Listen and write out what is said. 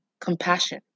compassion